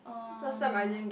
oh